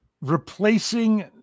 replacing